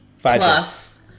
plus